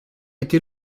été